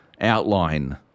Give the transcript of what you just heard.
outline